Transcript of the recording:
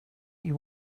you